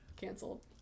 canceled